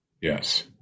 Yes